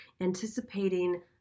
anticipating